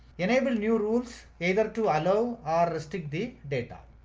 enable new rules either to allow or restrict the data.